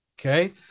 Okay